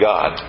God